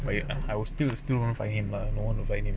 not yet lah I will still still won't find him lah but don't want to find him